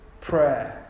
prayer